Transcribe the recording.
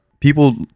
people